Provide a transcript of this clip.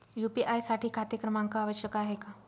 UPI साठी खाते क्रमांक आवश्यक आहे का?